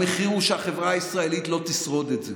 המחיר הוא שהחברה הישראלית לא תשרוד את זה.